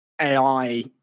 AI